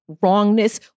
wrongness